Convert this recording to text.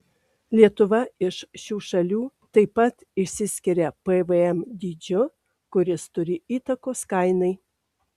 lietuva iš šių šalių taip pat išsiskiria pvm dydžiu kuris turi įtakos kainai